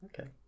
Okay